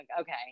Okay